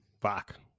Fuck